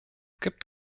gibt